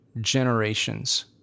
generations